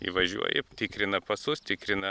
įvažiuoji tikrina pasus tikrina